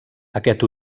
aquest